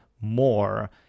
more